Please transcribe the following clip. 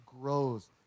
grows